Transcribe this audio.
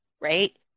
right